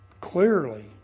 clearly